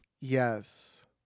Yes